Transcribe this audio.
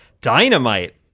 dynamite